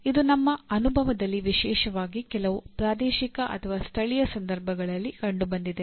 ಇದು ನಮ್ಮ ಅನುಭವದಲ್ಲಿ ವಿಶೇಷವಾಗಿ ಕೆಲವು ಪ್ರಾದೇಶಿಕ ಅಥವಾ ಸ್ಥಳೀಯ ಸಂದರ್ಭಗಳಲ್ಲಿ ಕಂಡುಬಂದಿದೆ